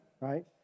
right